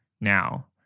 now